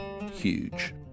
huge